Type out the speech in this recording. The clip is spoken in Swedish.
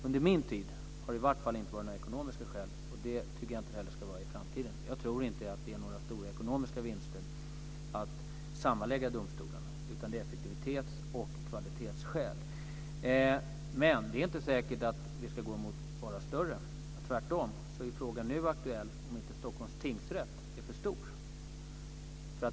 Under min tid har det i vart fall inte varit några ekonomiska skäl och det tycker jag inte heller att det ska vara i framtiden. Jag tror inte att det ger några stora ekonomiska vinster att lägga samman domstolarna, utan det görs av effektivitets och kvalitetsskäl. Men det är inte säkert att vi bara ska gå mot större domstolar. Tvärtom är frågan nu aktuell om inte Stockholms tingsrätt är för stor.